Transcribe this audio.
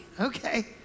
Okay